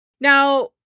Now